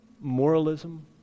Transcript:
moralism